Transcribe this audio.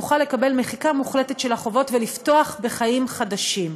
יוכלו לקבל מחיקה מוחלטת של החובות ולפתוח בחיים חדשים.